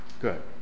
Good